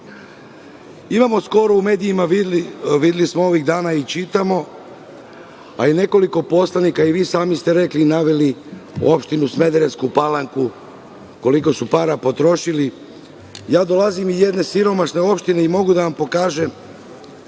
dana smo u medijima videli i čitamo, a i nekoliko poslanika, a i vi sami ste rekli i naveli opštinu Smederevsku Palanku, koliko su para potrošili. Dolazim iz jedne siromašne opštine i mogu da vam pokažem